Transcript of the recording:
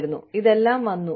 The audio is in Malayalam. കൂടാതെ ഇതെല്ലാം വന്നു